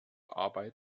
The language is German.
arbeit